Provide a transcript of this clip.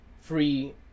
Free